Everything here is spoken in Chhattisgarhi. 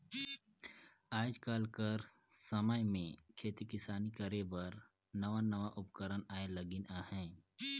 आएज कर समे में खेती किसानी करे बर नावा नावा उपकरन आए लगिन अहें